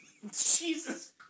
Jesus